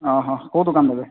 ଅହଃ କୋଉ ଦୋକାନ ଦେବେ